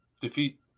Defeat